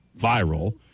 viral